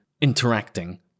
interacting